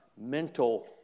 mental